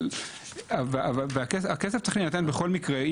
אבל הכסף צריך להינתן בכל מקרה,